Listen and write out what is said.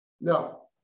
No